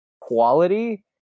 quality